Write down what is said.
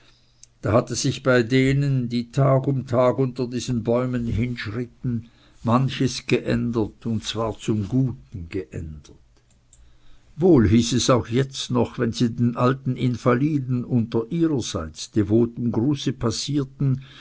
da hatte sich bei denen die tag um tag unter diesen bäumen hinschritten manches geändert und zwar zum guten geändert wohl hieß es auch jetzt noch wenn sie den alten invaliden unter ihrerseits devotem gruße passierten